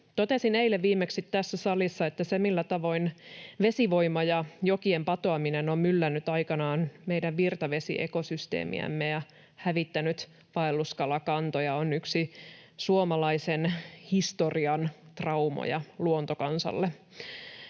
Totesin eilen viimeksi tässä salissa, että se, millä tavoin vesivoima ja jokien patoaminen on myllännyt aikanaan meidän virtavesiekosysteemiämme ja hävittänyt vaelluskalakantoja, on yksi suomalaisen historian traumoja luontokansalle.